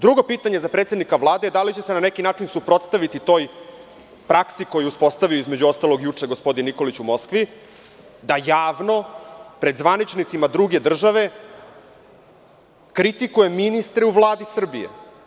Drugo pitanje za predsednika Vlade je, da li će se na neki način suprotstaviti toj praksi koju je uspostavio, između ostalog juče gospodin Nikolić u Moskvi, da javno pred zvaničnicima druge države kritikuje ministre u Vladi Srbije?